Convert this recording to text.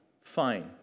fine